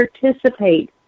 Participate